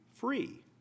free